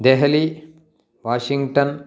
Delhi Washington